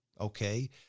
okay